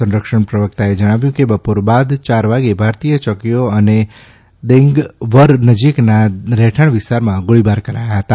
સંરક્ષણ પ્રવકતાએ જણાવ્યું કે બપોર બાદ યાર વાગે ભારતીય યોકીઓ અને દેંગવર નજીકના રહેણાંક વિસ્તારોમાં ગોળીબાર કરાયા હતા